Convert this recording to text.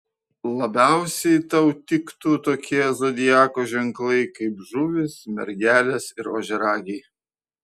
labiausiai tau tiktų tokie zodiako ženklai kaip žuvys mergelės ir ožiaragiai